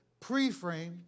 Preframe